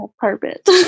carpet